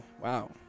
wow